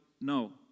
No